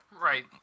Right